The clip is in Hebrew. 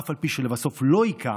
אף על פי שלבסוף לא הכה,